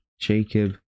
Jacob